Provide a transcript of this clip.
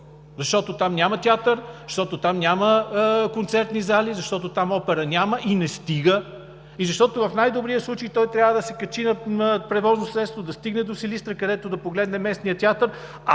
защото там няма театър, защото там няма концертни зали, защото там опера няма и не стига, и защото в най-добрия случай той трябва да се качи на превозно средство, да стигне до Силистра, където да погледне местния театър,